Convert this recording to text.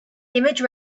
image